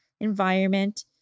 environment